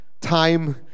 Time